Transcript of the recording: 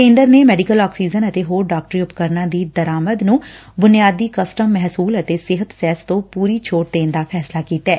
ਕੇਦਰ ਨੇ medical oxygen ਅਤੇ ਹੋਰ ਡਾਕਟਰੀ ਉਪਕਰਨਾਂ ਦੀ ਦਰਾਮਦ ਨੰ ਬੁਨਿਆਦੀ ਕਸਟਮ ਮਹਿਸੁਲ ਅਤੇ ਸਿਹਤ ਸੈਸ ਤੋਂ ਪੁਰੀ ਛੋਟ ਦੇਣ ਦਾ ਫੈਸਲਾ ਕੀਤੈ